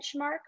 benchmark